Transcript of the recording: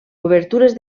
obertures